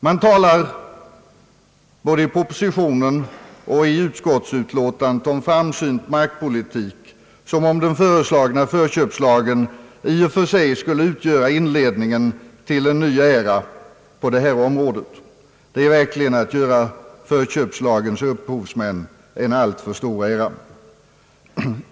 Man talar både i propositionen och i utskottsutlåtandet om framsynt markpolitik, som om den föreslagna förköpslagen i och för sig skulle utgöra inledningen till en ny era på detta område. Det är verkligen att göra förköpslagens upphovsmän en alltför stor ära.